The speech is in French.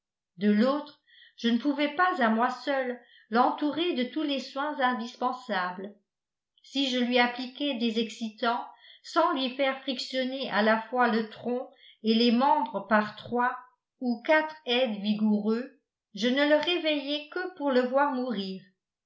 de l'autre je ne pouvais pas à moi seul l'entourer de tous les soins indispensables si je lui appliquais des excitants sans lui faire frictionner à la fois le tronc et les membres par trois ou quatre aides vigoureux je ne le réveillais que pour le voir mourir